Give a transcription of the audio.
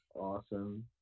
awesome